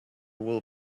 will